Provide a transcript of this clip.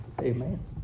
Amen